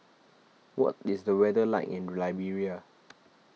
what is the weather like in Liberia